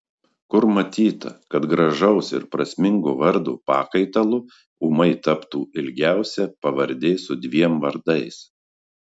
kur matyta kad gražaus ir prasmingo vardo pakaitalu ūmai taptų ilgiausia pavardė su dviem vardais